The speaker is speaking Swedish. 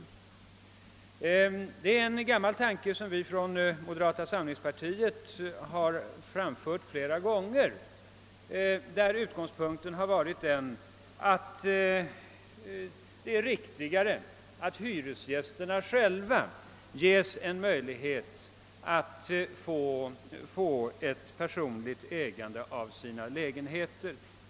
Det rör sig här om en gammal tanke som vi i moderata samlingspartiet framfört vid flera tillfällen. Utgångspunkten har varit att det är riktigare att hyresgästerna själva bereds möjligheter till personligt ägande av lägenheterna.